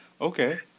Okay